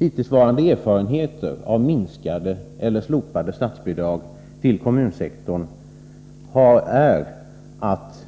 Hittillsvarande erfarenheter av minskade eller slopade statsbidrag till kommunsektorn visar att